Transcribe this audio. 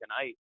Tonight